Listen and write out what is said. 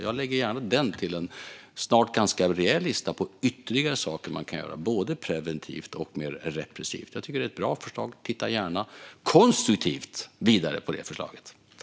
Jag lägger gärna till detta på en snart ganska rejäl lista på ytterligare saker man kan göra, både preventivt och mer repressivt. Jag tycker att det är ett bra förslag. Jag tittar gärna konstruktivt vidare på det förslaget.